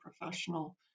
professional